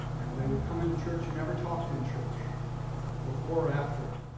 and they would come into church. you never talked in church before or after.